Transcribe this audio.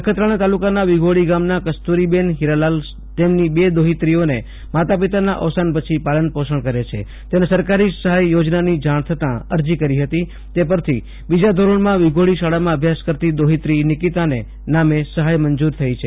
નખત્રાણા તાલુકાના વિગોડી ગામના કસ્તુરીબેન હિરાલાલ તેમની બે દોહિત્રીઓને માતા પિતાના અવસાન પછી પાલન પોષણ કરે છે અને સરકારી સહાય યોજનાની જાણ થતાં અરજી કરી હતી તે પરથી બીજા ધોરણમાં વિગોડી શાળામાં અભ્યાસ કરતી દોહિત્રી નિકિતાને નામે સહાય મંજુર થઈ છે